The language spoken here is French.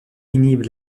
inhibe